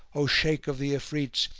o shaykh of the ifrits,